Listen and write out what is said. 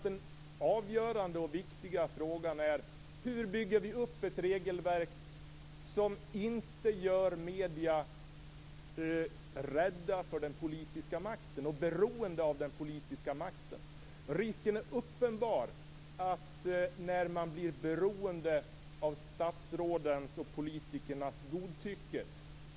Den avgörande och viktiga frågan är hur vi bygger upp ett regelverk som inte gör medierna rädda för och beroende av den politiska makten. Risken är uppenbar för att man blir beroende av statsrådens och politikernas godtycke.